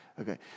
okay